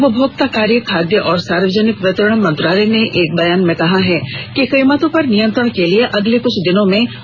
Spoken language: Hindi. उपभोक्ता कार्य खाद्य और सार्वजनिक वितरण मंत्रालय ने एक बयान में कहा है कि कीमतों पर नियंत्रण के लिए अगले कुछ दिनों में और उपाय किए जाएंगे